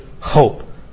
hope